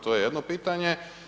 To je jedno pitanje.